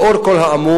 לאור כל האמור,